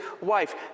wife